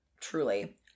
Truly